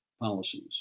policies